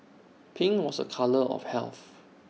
pink was A colour of health